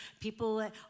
people